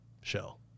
shell